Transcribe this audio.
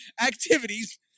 activities